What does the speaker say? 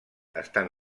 estan